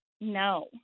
No